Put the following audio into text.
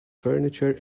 furniture